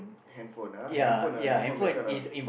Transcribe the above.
handphone ah handphone ah handphone better lah